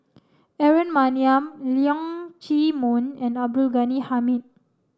Aaron Maniam Leong Chee Mun and Abdul Ghani Hamid